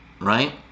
right